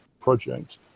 project